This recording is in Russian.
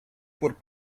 пор